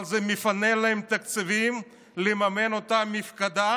אבל זה מפנה להם תקציבים לממן את אותה מפקדה